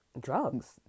drugs